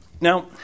Now